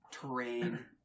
terrain